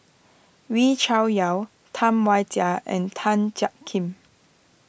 Wee Cho Yaw Tam Wai Jia and Tan Jiak Kim